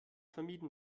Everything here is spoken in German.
vermieden